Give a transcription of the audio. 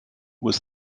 was